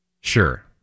sure